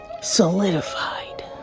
solidified